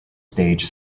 stage